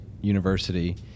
University